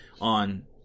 on